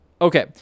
okay